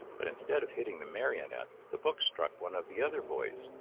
but instead of hitting the marionette, the book struck one of the other boys,